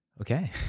Okay